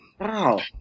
Wow